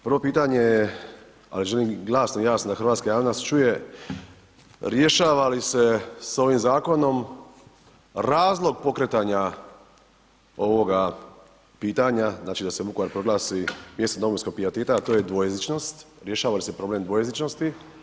Prvo pitanje je, ali želim glasno i jasno da hrvatska javnost čuje rješava li se s ovim zakonom razlog pokretanja ovoga pitanja, znači da se Vukovar proglasi mjestom domovinskog pijeteta, a to je dvojezičnost, rješava li se problem dvojezičnosti?